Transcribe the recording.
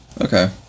Okay